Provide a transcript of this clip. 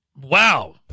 Wow